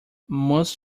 must